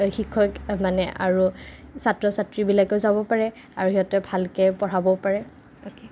শিক্ষক মানে আৰু ছাত্ৰ ছাত্ৰীবিলাকেও যাব পাৰে আৰু সিহঁতে ভালকে পঢ়াবও পাৰে